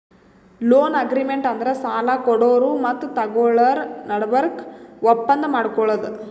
loan agreement ಅಂದ್ರ ಸಾಲ ಕೊಡೋರು ಮತ್ತ್ ತಗೋಳೋರ್ ನಡಬರ್ಕ್ ಒಪ್ಪಂದ್ ಮಾಡ್ಕೊಳದು